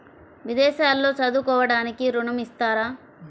విదేశాల్లో చదువుకోవడానికి ఋణం ఇస్తారా?